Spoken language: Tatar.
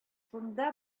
шунда